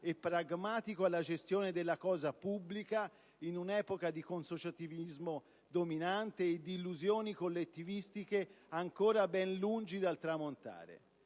e pragmatico alla gestione della cosa pubblica, in un'epoca di consociativismo dominante e di illusioni collettivistiche ancora ben lungi dal tramontare.